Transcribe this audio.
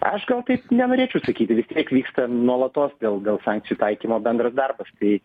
aš gal taip nenorėčiau sakyti vis tiek vyskta nuolatos dėl dėl sankcijų taikymo bendras darbas tai